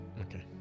Okay